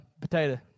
Potato